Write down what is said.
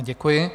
Děkuji.